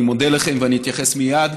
אני מודה לכם ואני אתייחס מייד,